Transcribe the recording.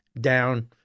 down